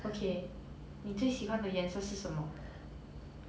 okay 你最喜欢的颜色是什么